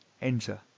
enter